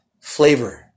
flavor